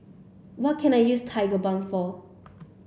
what can I use Tigerbalm for